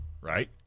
right